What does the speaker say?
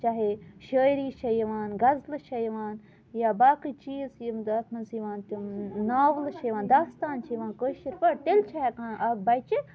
چاہے شٲعری چھےٚ یِوان غزلہٕ چھےٚ یِوان یا باقٕے چیٖز یِم اَتھ منٛز چھِ یِوان تِم ناولہٕ چھِ یِوان دَاستان چھِ یِوان کٲشِر پٲٹھۍ تیٚلہِ چھِ ہیٚکان اَکھ بَچہِ